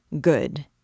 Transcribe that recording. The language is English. Good